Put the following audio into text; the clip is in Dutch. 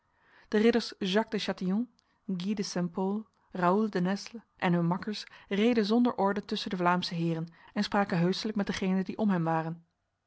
de ridders jacques de chatillon gui de st pol raoul de nesle en hun makkers reden zonder orde tussen de vlaamse heren en spraken heuselijk met degenen die om hen waren